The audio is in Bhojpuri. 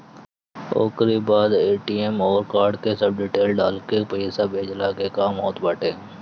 ओकरी बाद ए.टी.एम अउरी कार्ड के सब डिटेल्स डालके पईसा भेजला के काम होत बाटे